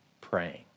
praying